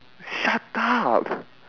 shut up